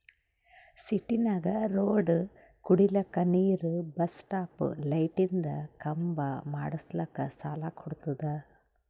ಸಿಟಿನಾಗ್ ರೋಡ್ ಕುಡಿಲಕ್ ನೀರ್ ಬಸ್ ಸ್ಟಾಪ್ ಲೈಟಿಂದ ಖಂಬಾ ಮಾಡುಸ್ಲಕ್ ಸಾಲ ಕೊಡ್ತುದ